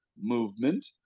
movement